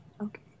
okay